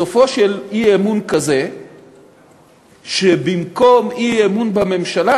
סופו של אי-אמון כזה שבמקום אי-אמון בממשלה